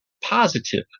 positive